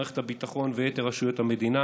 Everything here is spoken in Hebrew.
מערכת הביטחון ויתר רשויות המדינה